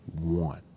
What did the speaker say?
one